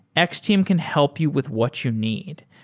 x-team can help you with what you need.